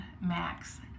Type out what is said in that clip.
Max